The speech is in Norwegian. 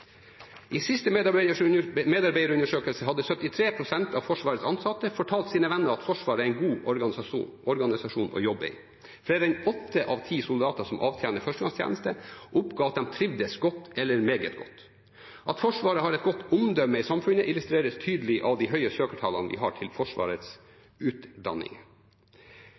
I siste medarbeiderundersøkelse hadde 73 pst. av Forsvarets ansatte fortalt sine venner at Forsvaret er en god organisasjon å jobbe i. Flere enn åtte av ti soldater som avtjener førstegangstjeneste, oppga at de trivdes godt eller meget godt. At Forsvaret har et godt omdømme i samfunnet, illustreres tydelig av de høye søkertallene vi har til Forsvarets